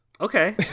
Okay